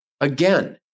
Again